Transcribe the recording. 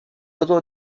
合作